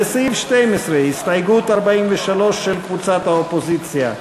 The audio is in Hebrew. לסעיף 12, הסתייגות 43 של קבוצת האופוזיציה.